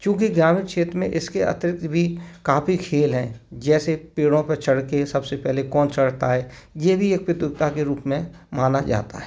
चूँकि ग्रामीण क्षेत्र में इसके अतिरिक्त भी काफी खेल हैं जैसे पेड़ों पर चढ़ के सबसे पहले कौन चढ़ता है ये भी एक प्रतियोगिता के रूप में माना जाता है